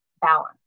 balance